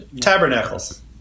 tabernacles